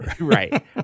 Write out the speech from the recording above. right